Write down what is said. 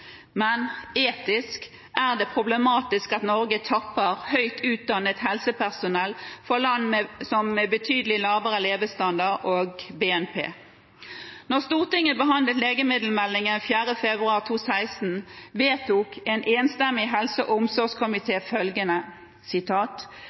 Men etisk er det problematisk at Norge tapper land med betydelig lavere levestandard og BNP for høyt utdannet helsepersonell. Da Stortinget behandlet legemiddelmeldingen 4. februar 2016, skrev en enstemmig helse- og omsorgskomite